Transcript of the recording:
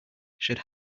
should